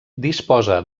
disposa